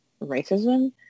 racism